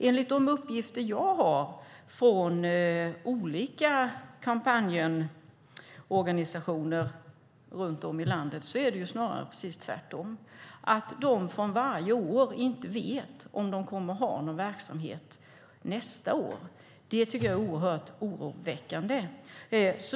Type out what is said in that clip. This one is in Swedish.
Enligt de uppgifter som jag har från olika Coompanionorganisationer runt om i landet är det snarare precis tvärtom. De vet inte om de kommer att ha någon verksamhet nästa år, och så är det varje år. Det tycker jag är mycket oroväckande.